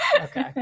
Okay